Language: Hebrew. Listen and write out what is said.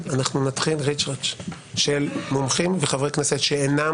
נתחיל ריצ'רץ' של מומחים ושל חברי כנסת שאינם